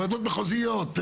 ועדות מחוזיות,